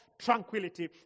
tranquility